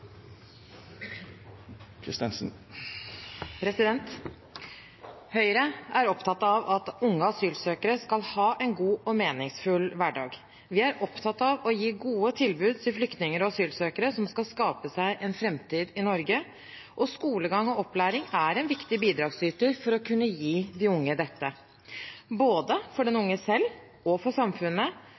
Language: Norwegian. opptatt av å gi gode tilbud til flyktninger og asylsøkere som skal skape seg en framtid i Norge. Skolegang og opplæring er en viktig bidragsyter for å kunne gi de unge dette, både for den unge selv og for samfunnet,